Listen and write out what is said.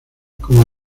como